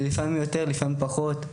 לפעמים יותר, לפעמים פחות.